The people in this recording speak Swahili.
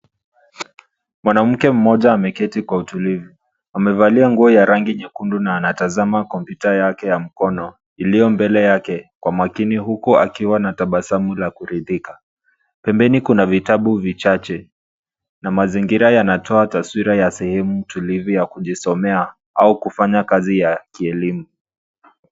Mwanamke mmoja ameketi kwa utulivu. Amevalia nguo ya rangi nyekundu na anatazama kompyuta yake ya mkono iliyo mbele yake kwa makini huku akiwa na tabasamu la kuridhika. Pembeni kuna vitabu vichache na mazingira yanatoa taswira ya sehemu tulivu ya kujisomea au kufanya kazi ya kielimu.